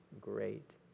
great